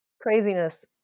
craziness